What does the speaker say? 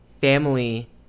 family